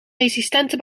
resistente